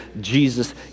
Jesus